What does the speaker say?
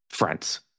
Friends